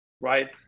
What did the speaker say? right